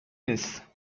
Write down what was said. نیست